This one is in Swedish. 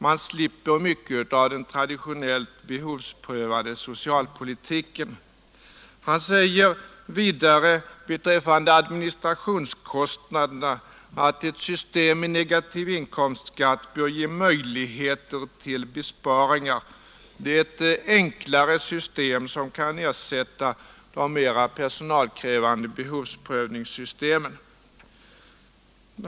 Man slipper mycket av den traditionellt behovsprövade socialpolitiken. Han säger vidare beträffande administrationskostnaderna att ett system med negativ inkomstskatt bör ge möjligheter till besparingar. Det är ett enklare system, som kan ersätta de mera personalkrävande behovsprövningssystemen.